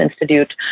Institute